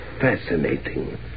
fascinating